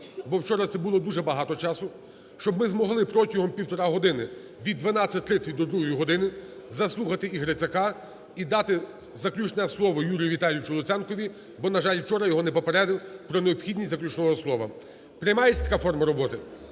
бо вчора це було дуже багато часу, щоб ми змогли протягом півтори години, від 12:30 до 2 години заслухати і Грицака і дати заключне слово Юрію Віталійовичу Луценко, бо, на жаль, вчора я його не попередив про необхідність заключного слова. Приймається така форма роботи?